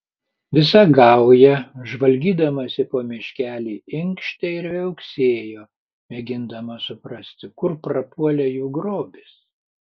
visa gauja žvalgydamasi po miškelį inkštė ir viauksėjo mėgindama suprasti kur prapuolė jų grobis